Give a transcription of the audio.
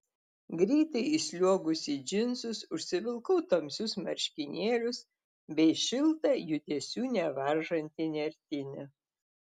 greitai įsliuogusi į džinsus užsivilkau tamsius marškinėlius bei šiltą judesių nevaržantį nertinį